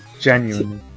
Genuinely